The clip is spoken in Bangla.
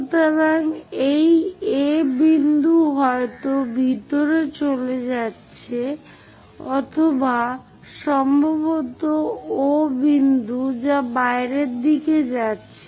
সুতরাং এই A বিন্দু হয়ত ভিতরে চলে যাচ্ছে অথবা সম্ভবত O বিন্দু যা বাইরের দিকে যাচ্ছে